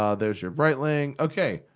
ah there's your breitling. okay!